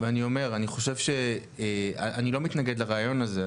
ואני אומר: אני לא מתנגד לרעיון הזה,